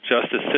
justice